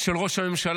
של ראש הממשלה,